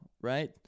right